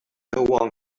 one